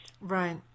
Right